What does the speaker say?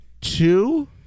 two